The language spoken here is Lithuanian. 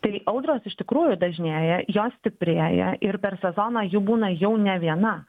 tai audros iš tikrųjų dažnėja jos stiprėja ir per sezoną jų būna jau ne viena